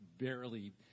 barely